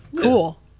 Cool